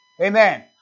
Amen